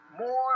more